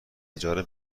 اجاره